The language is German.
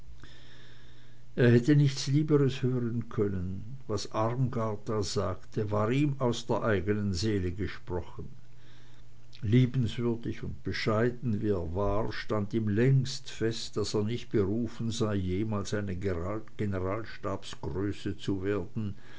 er hätte nichts lieberes hören können was armgard da sagte war ihm aus der eignen seele gesprochen liebenswürdig und bescheiden wie er war stand ihm längst fest daß er nicht berufen sei jemals eine generalstabsgröße zu werden